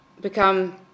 become